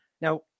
Now